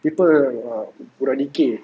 people budak dikir